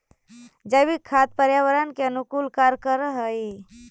जैविक खाद पर्यावरण के अनुकूल कार्य कर हई